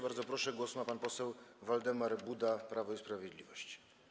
Bardzo proszę, głos ma pan poseł Waldemar Buda, Prawo i Sprawiedliwość.